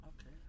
Okay